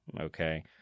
okay